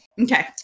okay